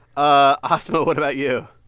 ah asma, what about you?